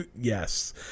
Yes